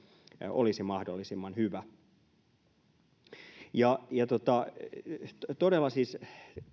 olisi mahdollisimman hyvä todella siis